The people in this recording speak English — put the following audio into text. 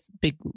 Big